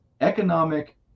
economic